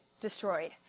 destroyed